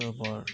তারপর